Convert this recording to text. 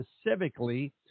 specifically